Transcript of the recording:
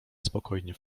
spokojnie